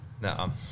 no